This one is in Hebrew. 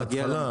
בהתחלה,